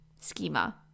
Schema